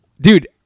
dude